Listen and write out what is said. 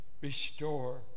restore